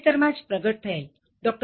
તાજેતરમાં જ પ્રગટ થયેલ ડો